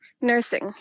Nursing